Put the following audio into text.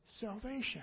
Salvation